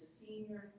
senior